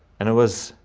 and it was,